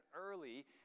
early